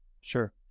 Sure